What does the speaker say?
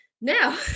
Now